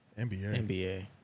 NBA